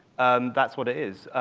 that's what it is.